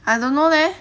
I don't know leh